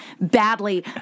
badly